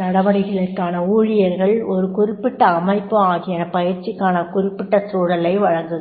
நடவடிக்கைகளுக்கான ஊழியர்கள் ஒரு குறிப்பிட்ட அமைப்பு ஆகியன பயிற்சிக்கான குறிப்பிட்ட சூழலை வழங்க்குகின்றன